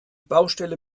baustelle